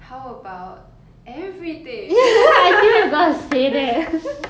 how about everything